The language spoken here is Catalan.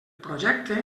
projecte